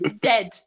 Dead